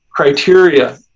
criteria